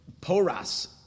Poras